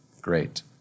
great